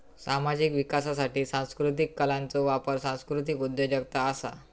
सामाजिक विकासासाठी सांस्कृतीक कलांचो वापर सांस्कृतीक उद्योजगता असा